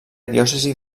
diòcesi